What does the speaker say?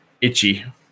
itchy